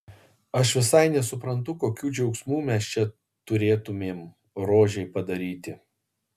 aš visai nesuprantu kokių džiaugsmų mes čia turėtumėm rožei padaryti